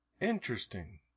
Interesting